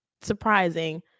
surprising